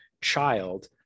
child